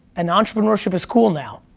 and entrepreneurship is cool now,